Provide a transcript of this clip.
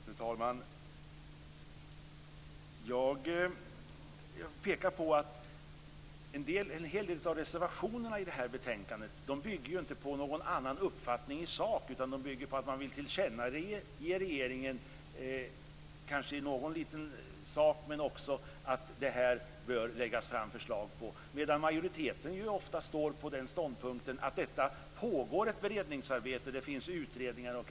Fru talman! Jag vill peka på att en hel del av reservationerna i detta betänkande inte bygger på någon annan uppfattning i sak, utan de bygger på att man vill tillkännage regeringen någon liten sak och också visa att det bör läggas fram förslag på dessa områden. Majoriteten har ofta den ståndpunkten att det pågår ett beredningsarbete och att det finns utredningar.